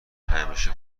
همیشه